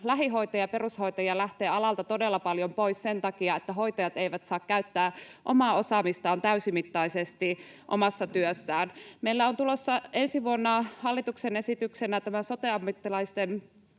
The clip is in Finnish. lähihoitajia ja perushoitajia lähtee alalta todella paljon pois sen takia, että hoitajat eivät saa käyttää omaa osaamistaan täysimittaisesti omassa työssään. [Aino-Kaisa Pekonen: Aivan!] Meille on tulossa ensi vuonna hallituksen esityksenä tämä sote-ammattilaisten lainsäädäntö